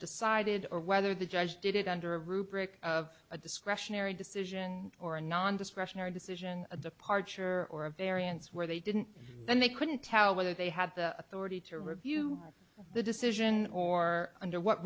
decided or whether the judge did it under a rubric of a discretionary decision or a non discretionary decision a departure or a variance where they didn't then they couldn't tell whether they had the authority to review the decision or under what